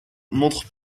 montre